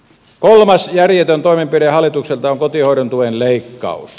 kolmas järjetön toimenpide hallitukselta on kotihoidon tuen leikkaus